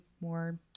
more